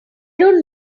don’t